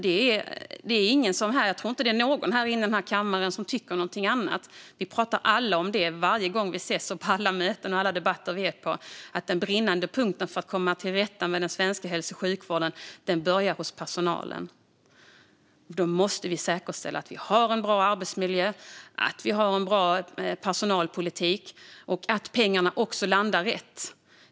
Varje gång vi ses, på alla möten och i alla debatter pratar vi om att den springande punkten för att komma till rätta med problemen i den svenska hälso och sjukvården är personalen. Jag tror inte att det finns någon i den här kammaren som tycker någonting annat. Vi måste säkerställa bra arbetsmiljö och bra personalpolitik men också att pengarna landar rätt.